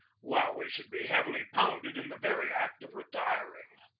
while we should be heavily pounded in the very act of retiring.